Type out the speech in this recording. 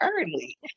early